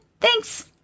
Thanks